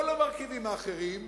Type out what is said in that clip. כל המרכיבים האחרים,